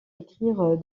écrire